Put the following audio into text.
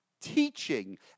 teaching